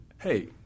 hey